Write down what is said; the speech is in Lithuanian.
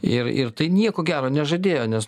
ir ir tai nieko gero nežadėjo nes